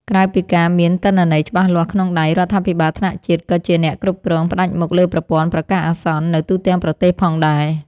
ក្រៅពីការមានទិន្នន័យច្បាស់លាស់ក្នុងដៃ រដ្ឋាភិបាលថ្នាក់ជាតិក៏ជាអ្នកគ្រប់គ្រងផ្ដាច់មុខលើប្រព័ន្ធប្រកាសអាសន្ននៅទូទាំងប្រទេសផងដែរ។